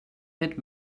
had